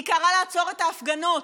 היא קראה לעצור את ההפגנות.